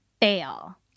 fail